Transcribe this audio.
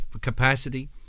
capacity